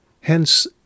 Hence